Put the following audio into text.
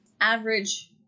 average